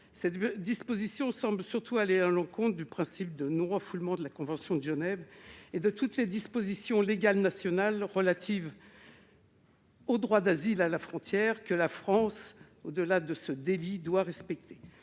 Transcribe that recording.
telle disposition semble en outre aller à l'encontre du principe de non-refoulement issu de la convention de Genève de 1951 et de toutes les dispositions légales nationales relatives au droit d'asile à la frontière, que la France, au-delà de ce délit, doit respecter.